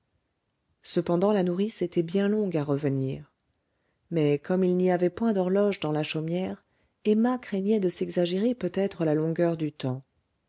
cependant la nourrice était bien longue à revenir mais comme il n'y avait point d'horloge dans la chaumière emma craignait de s'exagérer peut-être la longueur du temps